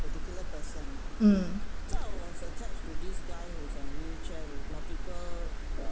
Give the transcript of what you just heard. mm